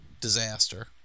disaster